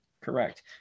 correct